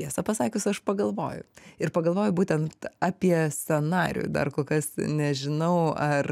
tiesą pasakius aš pagalvoju ir pagalvoju būtent apie scenarijų dar kol kas nežinau ar